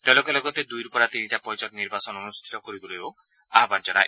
তেওঁলোকে লগতে দুইৰ পৰা তিনিটা পৰ্যায়ত নিৰ্বাচন অনুষ্ঠিত কৰিবলৈও আহান জনায়